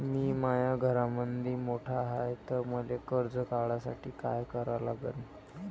मी माया घरामंदी मोठा हाय त मले कर्ज काढासाठी काय करा लागन?